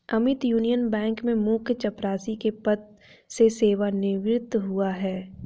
Amit union bank में मुख्य चपरासी के पद से सेवानिवृत हुआ है